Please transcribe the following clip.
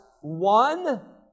one